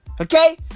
Okay